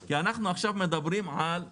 כי אנחנו עכשיו מדברים על זה